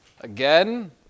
again